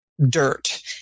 dirt